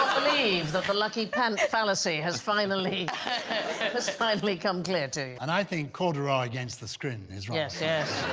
believe that the lucky pants fallacy has finally has finally come clear to you and i think corduroy against the screen is right. yes. yes,